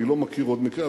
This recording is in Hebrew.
אני לא מכיר עוד מקרה,